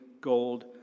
gold